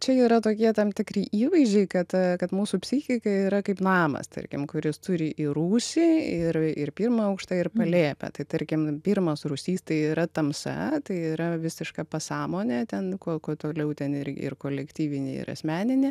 čia yra tokie tam tikri įvaizdžiai kad kad mūsų psichika yra kaip namas tarkim kuris turi i rūsį ir ir pirmą aukštą ir palėpę tai tarkim pirmas rūsys tai yra tamsa tai yra visiška pasąmonė ten kuo kuo toliau ten irgi ir kolektyvinė ir asmeninė